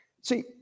See